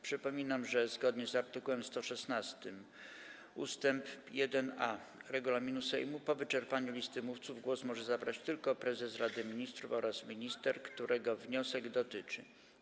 Przypominam, że zgodnie z art. 116 ust. 1a regulaminu Sejmu po wyczerpaniu listy mówców głos może zabrać tylko prezes Rady Ministrów oraz minister, którego wniosek dotyczy.